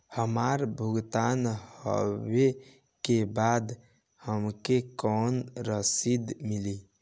हमार भुगतान होबे के बाद हमके कौनो रसीद मिली?